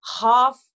half